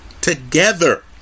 together